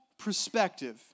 perspective